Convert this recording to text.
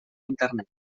internet